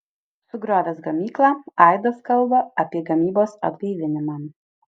sugriovęs gamyklą aidas kalba apie gamybos atgaivinimą